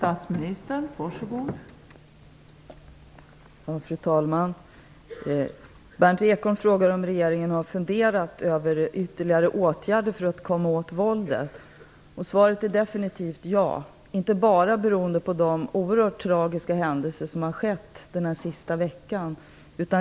Fru talman! Berndt Ekholm frågar om regeringen har funderat över ytterligare åtgärder för att komma åt våldet. Svaret är definitivt ja, inte bara beroende på de oerhört tragiska händelser som har skett den här sista veckan.